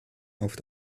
auf